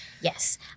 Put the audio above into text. Yes